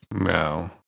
No